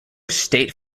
state